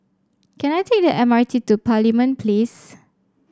can I take the M R T to Parliament Place